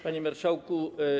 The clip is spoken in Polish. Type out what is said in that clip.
Panie Marszałku!